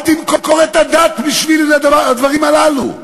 אל תמכור את הדת בשביל הדברים הללו,